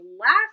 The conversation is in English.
last